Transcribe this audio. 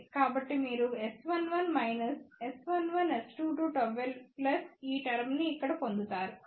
కాబట్టి మీరు S11 S11S22ΓL plus ఈ టర్మ్ ని ఇక్కడ పొందుతారు